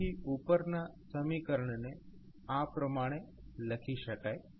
તેથી ઉપરના સમીકરણ ને આ પ્રમાણે લખી શકાય છે